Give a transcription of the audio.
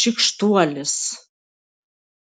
šykštuolis